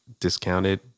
discounted